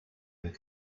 would